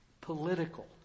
political